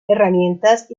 herramientas